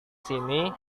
sini